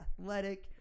athletic